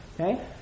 Okay